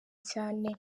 cyane